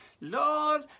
Lord